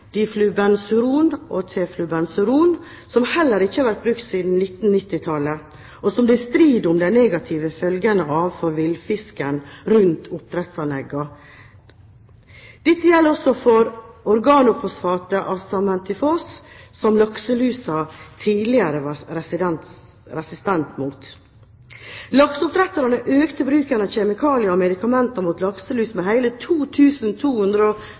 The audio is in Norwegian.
og teflubenzuron, som heller ikke har vært brukt siden 1990-tallet. Det er strid om de negative følgene av disse stoffene for villfisken rundt oppdrettsanleggene. Dette gjelder også for organofosfatet azametifos, som lakselusen tidligere var resistent mot. Lakseoppdretterne økte bruken av kjemikalier og medikamenter mot lakselus med